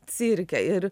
cirke ir